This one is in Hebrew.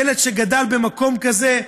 ילד שגדל במקום כזה,